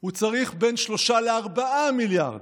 הוא צריך בין 3 ל-4 מיליארד,